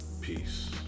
Peace